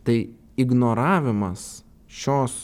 tai ignoravimas šios